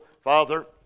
Father